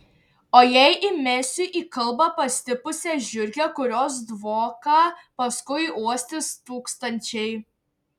o jei įmesiu į kalbą pastipusią žiurkę kurios dvoką paskui uostys tūkstančiai